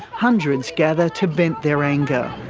hundreds gather to vent their anger.